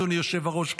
אדוני היושב-ראש.